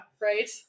Right